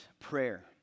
prayer